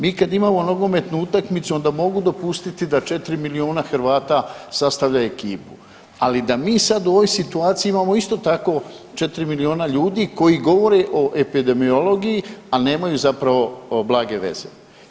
Mi kad imamo nogometnu utakmicu onda mogu dopustiti da 4 milijuna Hrvata sastavlja ekipu, ali da mi sad u ovoj situaciji imamo isto tako 4 miliona ljudi koji govore o epidemiologiji a nemaju zapravo blage veze.